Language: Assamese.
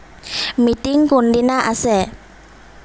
মিটিং কোনদিনা আছে